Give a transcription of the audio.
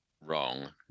wrong